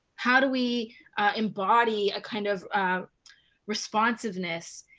how do we embody a kind of responsiveness,